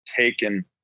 taken